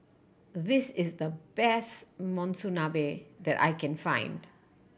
this is the best Monsunabe that I can find